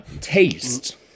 Taste